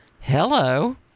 Hello